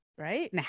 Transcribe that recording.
Right